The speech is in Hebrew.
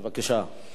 בבקשה.